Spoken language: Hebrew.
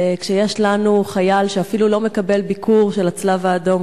ויש לנו חייל שאפילו לא מקבל ביקור של הצלב-האדום,